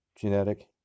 genetic